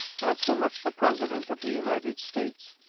not so much the president of the united states,